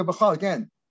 Again